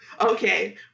Okay